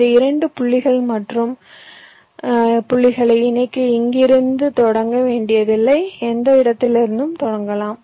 இந்த 2 புள்ளிகள் மற்ற புள்ளிகளை இணைக்க இங்கிருந்து தொடங்க வேண்டியதில்லை எந்த இடத்திலிருந்தும் தொடங்கலாம்